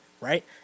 right